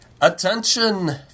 attention